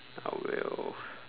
I will